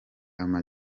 ama